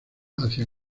hacia